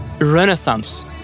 renaissance